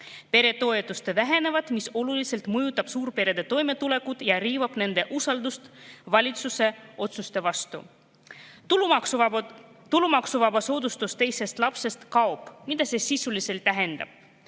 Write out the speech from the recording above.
Peretoetused vähenevad, mis oluliselt mõjutab suurperede toimetulekut ja riivab nende usaldust valitsuse otsuste vastu. Tulumaksu[soodustus] alates teisest lapsest kaob. Mida see sisuliselt tähendab?